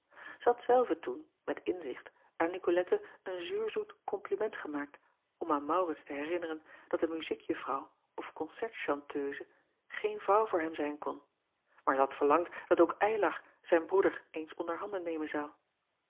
had zelve toen met inzicht aan icolette een zuurzoet kompliment gemaakt om aan aurits te herinneren dat een muziek juffrouw of koncert chanteuse geen vrouw voor hem zijn kon maar zij had verlangd dat ook ylar zijn broeder eens onder handen nemen zou